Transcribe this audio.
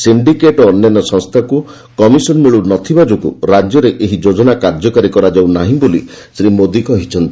syndicate ଓ ଅନ୍ୟାନ୍ୟ ସଂସ୍ଥାକୁ କମିଶନ ମିଳିବ ନାହିଁ ବୋଲି ରାଜ୍ୟରେ ଏହି ଯୋଜନା କାର୍ଯ୍ୟକାରୀ କରାଯାଉ ନାହିଁ ବୋଲି ଶ୍ରୀ ମୋଦୀ କହିଚ୍ଛନ୍ତି